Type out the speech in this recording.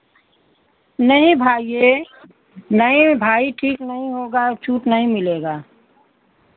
नहीं भाइए नहीं भाई ठीक नहीं होगा छूट नहीं मिलेगा